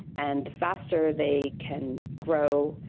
and the faster they can grow,